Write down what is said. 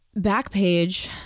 Backpage